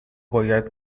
باید